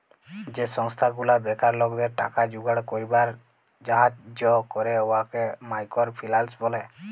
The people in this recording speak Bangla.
যে সংস্থা গুলা বেকার লকদের টাকা জুগাড় ক্যইরবার ছাহাজ্জ্য ক্যরে উয়াকে মাইকর ফিল্যাল্স ব্যলে